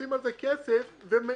שעושים על זה כסף ומשווקים